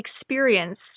experience